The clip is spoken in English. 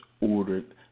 ordered